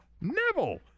Neville